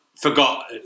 forgot